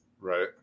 Right